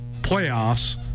playoffs